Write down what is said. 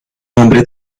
hombre